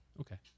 Okay